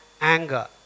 anger